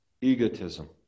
egotism